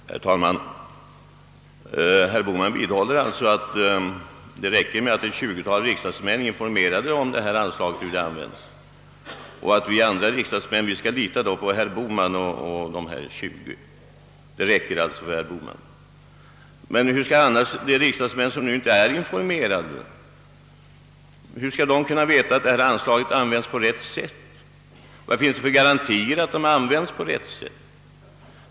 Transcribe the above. Herr talman! Herr Bohman vidhåller alltså att det räcker att ett 20-tal riksdagsmän är informerade om detta, och han menar att vi andra riksdagsmän kan - lita på herr Bohman och de andra 20. Men hur skall de riksdagsmän som inte är informerade kunna veta att anslaget används på rätt sätt? Vilken garanti finns det för att det används på rätt sätt?